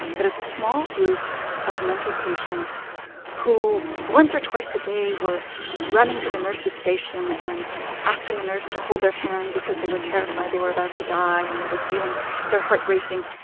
that a small group of mental patients who once or twice a day were running to the nurses station and asking the nurse to hold their hand because they were terrified they were about to die and they were feeling their heart racing.